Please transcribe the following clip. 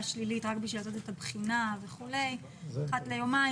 שלילית רק כדי לעשות את הבחינה וכולי אחת ליומיים,